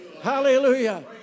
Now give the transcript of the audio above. Hallelujah